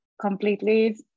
completely